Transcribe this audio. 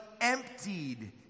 emptied